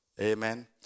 Amen